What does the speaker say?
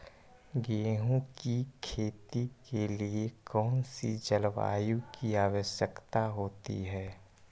गेंहू की खेती के लिए कौन सी जलवायु की आवश्यकता होती है?